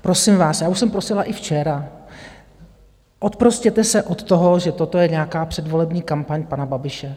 Prosím vás, já už jsem prosila i včera, oprostěte se od toho, že toto je nějaká předvolební kampaň pana Babiše.